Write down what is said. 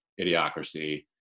idiocracy